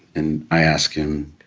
and i ask him,